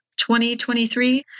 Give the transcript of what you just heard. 2023